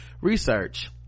Research